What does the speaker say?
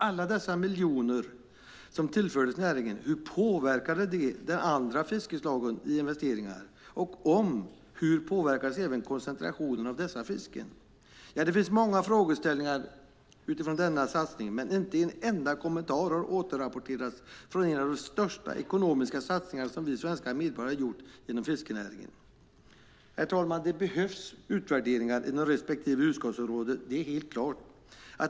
Alla dessa miljoner som tillfördes näringen, hur påverkade de andra fiskeslag i investeringar? Och hur påverkades koncentrationen av dessa fisken, om de påverkades? Ja, det finns många frågeställningar utifrån denna satsning, men inte en enda kommentar har återrapporterats om en av de största ekonomiska satsningar som vi svenska medborgare gjort inom fiskenäringen. Herr talman! Det behövs utvärderingar inom respektive utskottsområde. Det är helt klart.